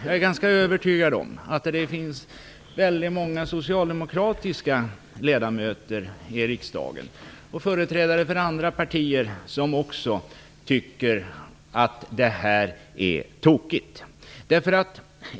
Jag är ganska övertygad om att det finns väldigt många socialdemokratiska riksdagsledamöter och även företrädare för andra partier som också tycker att det här är tokigt.